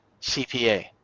CPA